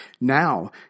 Now